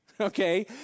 okay